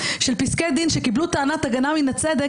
של פסקי דין שקיבלו טענת הגנה מן הצדק